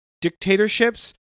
dictatorships